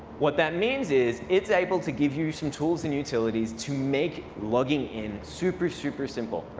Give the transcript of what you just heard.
what that means is it's able to give you some tools and utilities to make logging in super, super simple.